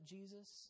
Jesus